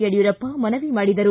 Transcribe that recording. ಯಡಿಯೂರಪ್ಪ ಮನವಿ ಮಾಡಿದರು